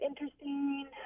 interesting